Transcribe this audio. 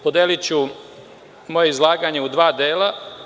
Podeliću moje izlaganje u dva dela.